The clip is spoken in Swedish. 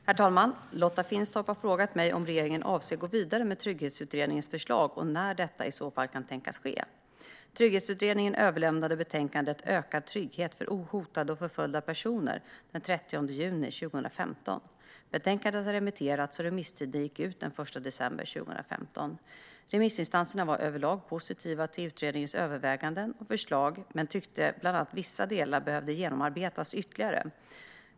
Herr talman! Lotta Finstorp har frågat mig om regeringen avser att gå vidare med Trygghetsutredningens förslag och när detta i så fall kan tänkas ske. Trygghetsutredningen överlämnade betänkandet Ökad trygghet för hotade och förföljda personer den 30 juni 2015. Betänkandet har remitterats, och remisstiden gick ut den 1 december 2015. Remissinstanserna var överlag positiva till utredningens överväganden och förslag men tyckte bland annat att vissa delar behöver genomarbetas ytterligare.